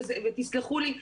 ותסלחו לי,